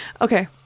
Okay